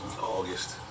August